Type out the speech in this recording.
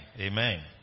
amen